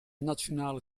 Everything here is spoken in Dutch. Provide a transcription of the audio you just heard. nationale